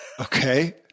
Okay